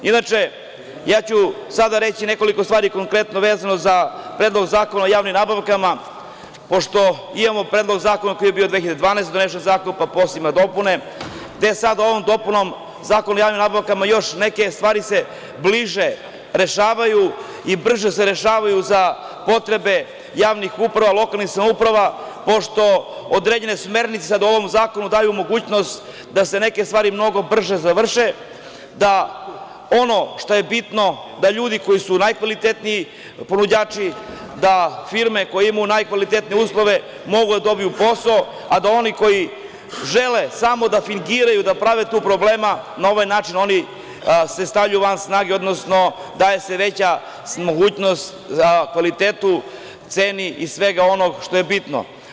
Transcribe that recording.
Inače, ja ću sada reći nekoliko stvari koje su konkretno vezane za Predlog zakona o javnim nabavkama, pošto imamo predlog zakona koji je bio 2012. godine donesen, pa posle je imao dopune, gde sad ovom dopunom Zakon o javnim nabavkama i još neke stvari se bliže rešavaju i brže se rešavaju za potrebe javnih uprava, lokalnih samouprava, pošto određene smernice sada ovom zakonu daju mogućnost da se neke stvari mnogo brže završe, ono što je bitno, da ljudi koji su najkvalitetniji ponuđači da firme koje imaju najkvalitetnije uslove mogu da dobiju posao, a da oni koji žele samo da fingiraju, da prave probleme, na ovaj način se oni stavljaju van snage, odnosno daje se veća mogućnost kvalitetu, ceni i svemu onome što je bitno.